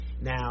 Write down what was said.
Now